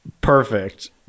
perfect